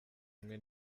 umwe